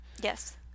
Yes